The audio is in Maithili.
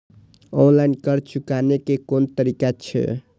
ऑनलाईन कर्ज चुकाने के कोन तरीका छै?